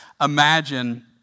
imagine